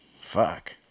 Fuck